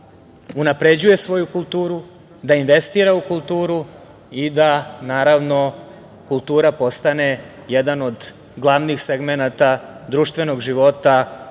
unapređuje svoju kulturu, da investira u kulturu i da naravno kultura postane jedan od glavnih segmenata društvenog života